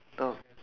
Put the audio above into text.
the